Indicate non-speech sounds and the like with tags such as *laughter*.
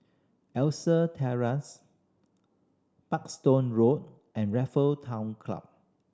*unintelligible* Terrace Parkstone Road and Raffle Town Club